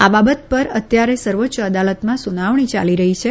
આ બાબત પર અત્યારે સર્વોચ્ય અદાલતમાં સુનાવણી ચાલી રહી છે